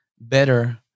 better